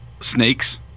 Snakes